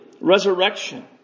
resurrection